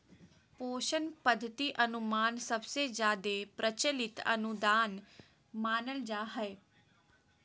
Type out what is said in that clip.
पोषण पद्धति अनुमान सबसे जादे प्रचलित अनुदान मानल जा हय